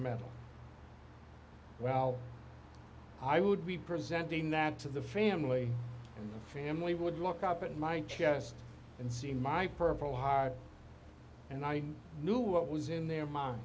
meant well i would be presenting that to the family and the family would look up at my chest and see in my purple heart and i knew what was in their mind